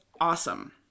awesome